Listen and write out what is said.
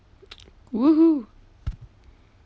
!woohoo!